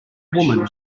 woman